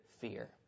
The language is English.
fear